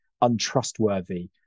untrustworthy